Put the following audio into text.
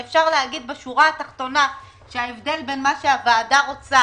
ואפשר לומר בשורה התחתונה שההבדל בין מה שהוועדה רוצה